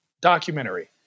documentary